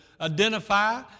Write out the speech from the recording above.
identify